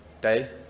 day